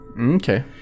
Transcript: Okay